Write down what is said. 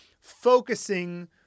focusing